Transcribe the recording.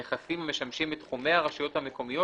הנכסים המשמשים את תחומי הרשויות המקומיות